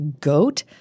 Goat